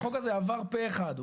החוק הזה עבר פה אחד,